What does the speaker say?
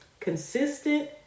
Consistent